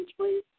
please